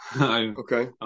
Okay